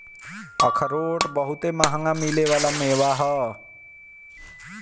अखरोट बहुते मंहगा मिले वाला मेवा ह